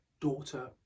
daughter